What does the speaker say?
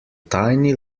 tiny